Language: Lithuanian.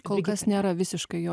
kol kas nėra visiškai jo